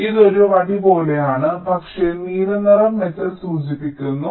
അതിനാൽ ഇത് ഒരു വടി പോലെയാണ് പക്ഷേ നീലനിറം മെറ്റൽ സൂചിപ്പിക്കുന്നു